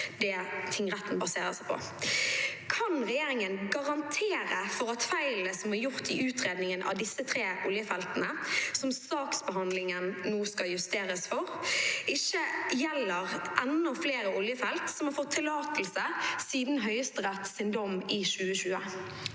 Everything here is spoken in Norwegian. – Ordniær spørretime 2024 Kan regjeringen garantere for at feilene som er gjort i utredningen av disse tre oljefeltene som saksbehandlingen nå skal justeres for, ikke gjelder enda flere oljefelt som har fått tillatelse siden Høyesteretts dom i 2020?